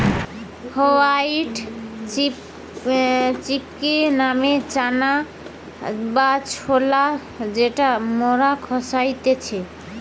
white chickpea মানে চানা বা ছোলা যেটা মরা খাইতেছে